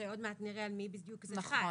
שעוד מעט נראה על מי בדיוק זה חל.